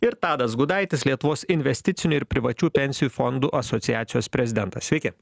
ir tadas gudaitis lietuvos investicinių ir privačių pensijų fondų asociacijos prezidentas sveiki